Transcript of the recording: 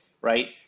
right